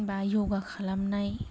बा यगा खालामनाय